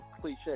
cliche